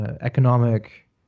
economic